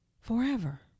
forever